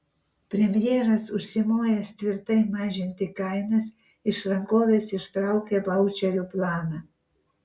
premjeras užsimojęs tvirtai mažinti kainas iš rankovės ištraukė vaučerių planą